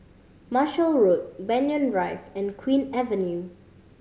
Marshall Road Banyan Drive and Queen Avenue